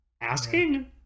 asking